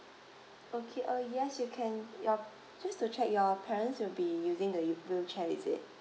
okay uh yes you can your just to check your parents will be using the you wheelchair is it